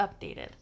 updated